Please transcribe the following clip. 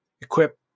equip